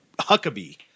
Huckabee